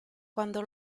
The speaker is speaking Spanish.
cuando